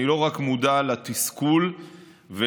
אני לא רק מודע לתסכול ולכאב,